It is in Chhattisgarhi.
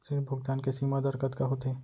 ऋण भुगतान के सीमा दर कतका होथे?